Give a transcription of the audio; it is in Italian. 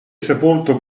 sepolto